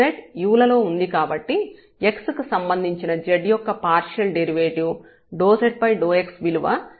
z u లలో ఉంది కాబట్టి x కి సంబంధించిన z యొక్క పార్షియల్ డెరివేటివ్ ∂z∂x విలువ see2u∂u∂x అవుతుంది